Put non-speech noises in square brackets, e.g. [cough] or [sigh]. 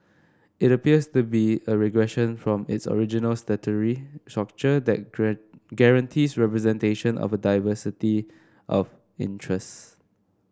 it appears to be a regression from its original statutory structure that [unintelligible] guarantees representation of a diversity of interests